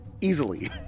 easily